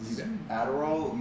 Adderall